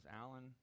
Alan